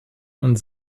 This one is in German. und